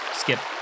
skip